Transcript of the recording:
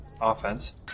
offense